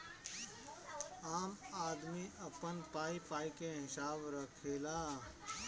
आम आदमी अपन पाई पाई के हिसाब रखेला